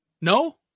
No